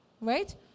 right